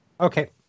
Okay